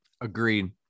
Agreed